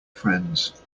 friends